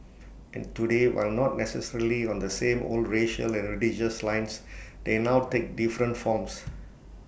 and today while not necessarily on the same old racial and religious lines they now take different forms